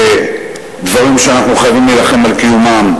בדברים שאנחנו חייבים להילחם על קיומם,